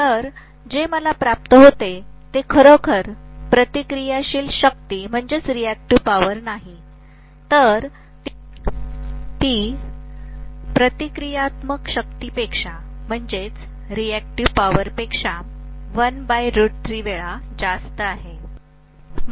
तर जे मला प्राप्त होते ते खरोखर प्रतिक्रियाशील शक्ती नाही तर ती प्रतिक्रियात्मक शक्तीपेक्षा वेळा जास्त आहे